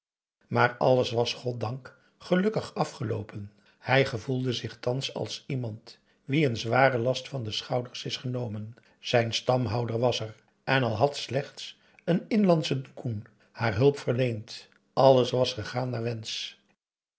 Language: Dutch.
maar alles was goddank gelukkig afgeloopen hij gevoelde zich thans als iemand wien n zware last van de schouders is genomen zijn stamhouder was er en al had slechts een inlandsche doekoen haar hulp verleend alles was gegaan naar wensch